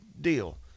deal